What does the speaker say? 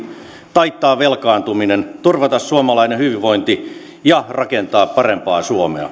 taittaa velkaantuminen turvata suomalainen hyvinvointi ja rakentaa parempaa suomea